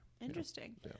Interesting